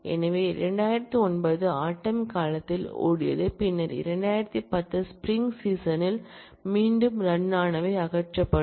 எனவே 2009 ஆட்டம் காலத்திலும் ஓடியது பின்னர் 2010 ஸ்ப்ரிங் சீசனில் மீண்டும் ரன்னானவை அகற்றப்படும்